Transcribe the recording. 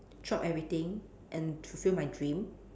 drop everything and fulfill my dream